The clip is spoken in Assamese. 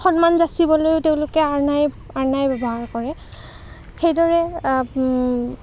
সন্মান যাঁচিবলৈও তেওঁলোকে আৰনাই আৰনাই ব্যৱহাৰ কৰে সেইদৰে